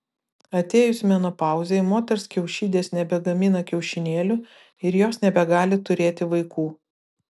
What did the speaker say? atėjus menopauzei moters kiaušidės nebegamina kiaušinėlių ir jos nebegali turėti vaikų